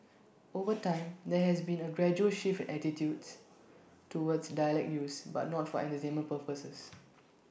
over time there has been A gradual shift attitudes towards dialect use but not for purposes